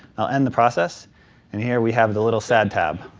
end the process and here we have the little sad tab.